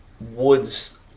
Woods